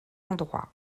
endroit